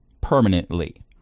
permanently